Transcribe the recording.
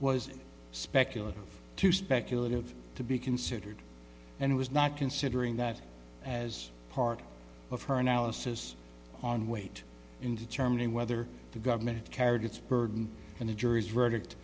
was speculative too speculative to be considered and was not considering that as part of her analysis on weight in determining whether the government cared its burden and the jury's verdict